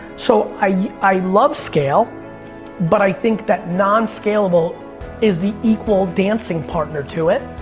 so i yeah i love scale but i think that non scalable is the equal dancing partner to it.